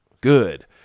good